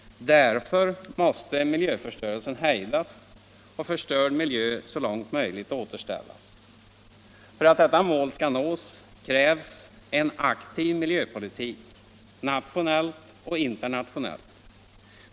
Därför måste miljöförstörelsen hejdas och förstörd miljö så långt möjligt återställas. För att detta mål skall nås krävs en aktiv miljöpolitik — nationellt och internationellt.